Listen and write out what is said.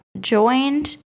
joined